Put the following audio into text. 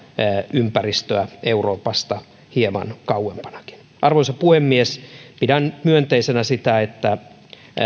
ympäristöä hieman kauempanakin euroopasta arvoisa puhemies pidän myönteisenä sitä että